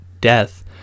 death